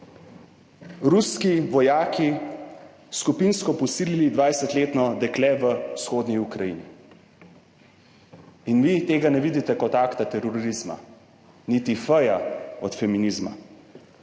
Ruski vojaki skupinsko posilili 20. dekle v vzhodni Ukrajini in vi tega ne vidite kot akta terorizma. Niti »f-ja« od feminizma.